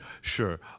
Sure